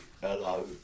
hello